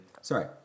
sorry